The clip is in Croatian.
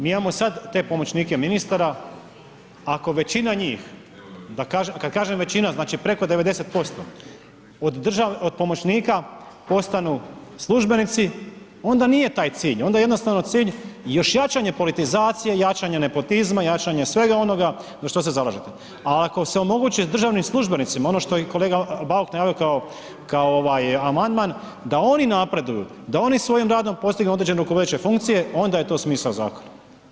Mi imamo sad te pomoćnike ministara, ako većina njih kad kažem većina, znači preko 90% od pomoćnika postanu službenici onda nije taj cilj onda je jednostavno cilj još jačanje politizacije, jačanje nepotizma, jačanje svega onoga za što se zalažete, al ako se omogući državnim službenicima ono što je i kolega Bauk najavio kao, kao ovaj amandman da oni napreduju, da oni svojim radom postignu određenu veću funkciju onda je to smisao zakona.